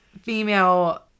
female